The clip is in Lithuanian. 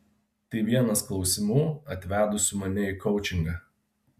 tai vienas klausimų atvedusių mane į koučingą